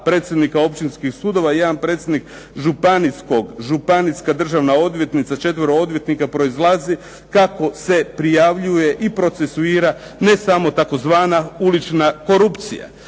predsjednika općinskih sudova, jedan predsjednik županijskog, županijska državna odvjetnica, 4 odvjetnika, proizlazi kako se prijavljuje i procesuira ne samo tzv. ulična korupcija".